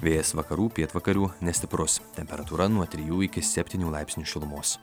vėjas vakarų pietvakarių nestiprus temperatūra nuo trijų iki septynių laipsnių šilumos